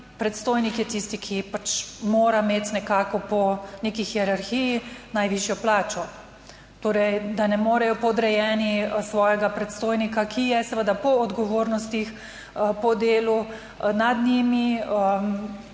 predstojnik je tisti, ki pač mora imeti nekako po neki hierarhiji najvišjo plačo, torej da ne morejo podrejeni svojega predstojnika, ki je seveda po odgovornostih, po delu nad njimi,